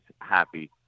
happy